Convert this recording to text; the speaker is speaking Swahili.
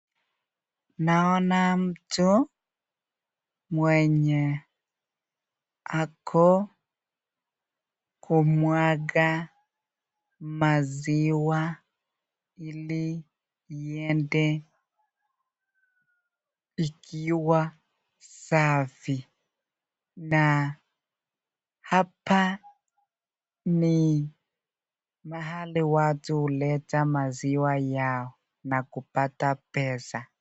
Naona mtu mwenye ako kumwaga maziwa ili iende ikiwa safi na hapa ni mahali watu huleta maziwa yao na kuleta pesa,